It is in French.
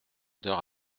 d’heure